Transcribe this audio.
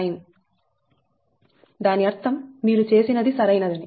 దాని అర్థం మీరు చేసినది సరైనది